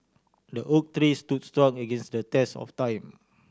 the oak tree stood strong against the test of time